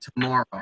tomorrow